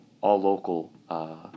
all-local